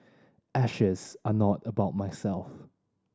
ashes are not about myself